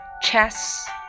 chess